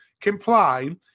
comply